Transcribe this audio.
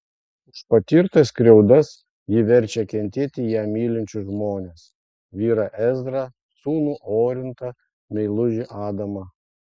už patirtas skriaudas ji verčia kentėti ją mylinčius žmones vyrą ezrą sūnų orintą meilužį adamą